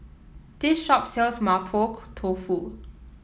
this shop sells Mapo Tofu